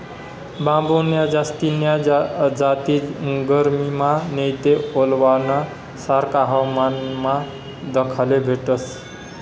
बांबून्या जास्तीन्या जाती गरमीमा नैते ओलावाना सारखा हवामानमा दखाले भेटतस